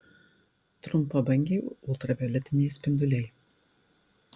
trumpabangiai ultravioletiniai spinduliai